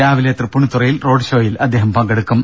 രാവിലെ തൃപ്പൂണിത്തുറയിൽ റോഡ് ഷോയിൽ അദ്ദേഹം പങ്കെടുക്കും